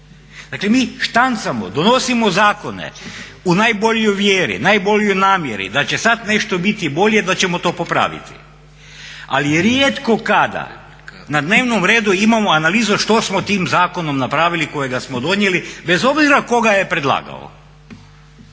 Dakle mi štancamo, donosimo zakone u najboljoj vjeri, najboljoj namjeri da će sad nešto biti bolje, da ćemo to popraviti, ali rijetko kada na dnevnom redu imamo analizu što smo tim zakonom napravili kojega smo donijeli, bez obzira tko ga je predlagao.